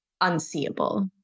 unseeable